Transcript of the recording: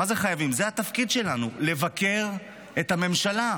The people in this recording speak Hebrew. מה זה חייבים, זה התפקיד שלנו, לבקר את הממשלה.